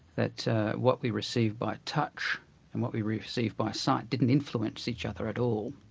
that what we receive by touch and what we receive by sight didn't influence each other at all.